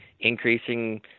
increasing